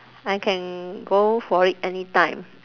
I can go for it anytime